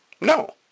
No